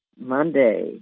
Monday